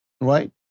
right